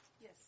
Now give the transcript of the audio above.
Yes